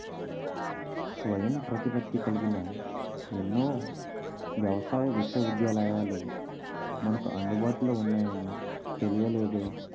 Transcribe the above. స్వయం ప్రతిపత్తి కలిగిన ఎన్నో వ్యవసాయ విశ్వవిద్యాలయాలు మనకు అందుబాటులో ఉన్నాయని తెలియలేదే